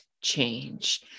change